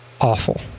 awful